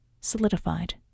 solidified